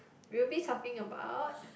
we'll be talking about